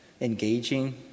engaging